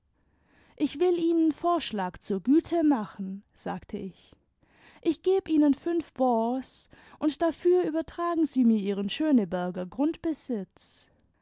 ich will ihnen n vorschlag zur güte machen sagte ich ich geh ihnen fünf bons und dafür übertragen sie mir ihren schöneberger grundbesitz